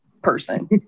person